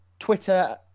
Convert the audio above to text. twitter